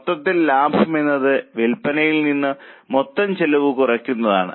മൊത്തത്തിൽ ലാഭം എന്നത് വിൽപ്പനയിൽ നിന്നും മൊത്തം ചെലവ് കുറയ്ക്കുന്നതാണ്